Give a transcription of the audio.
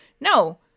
no